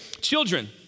Children